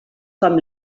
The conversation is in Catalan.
com